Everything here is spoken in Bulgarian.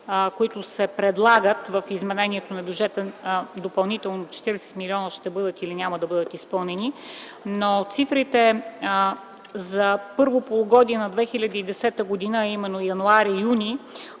които се предлагат в изменението на бюджета – допълнително 40 милиона, ще бъдат или няма да бъдат изпълнени, но цифрите за първото полугодие на 2010 г., а именно януари и юни,